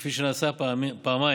כפי שנעשה פעמיים